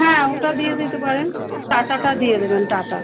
হ্যাঁ ওটা দিয়ে দিতে পারেন টাটাটা দিয়ে দেবেন টাটা